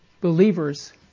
believers